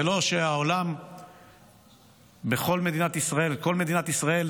ולא שכל מדינת ישראל נוהגת